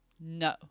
no